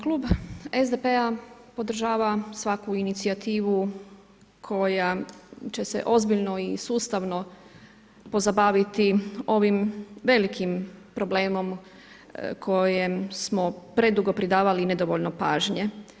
Klub SDP-a podržava svaku inicijativu koja će se ozbiljno i sustavno pozabaviti ovim velikim problemom kojem smo predugo pridavali nedovoljno pažnje.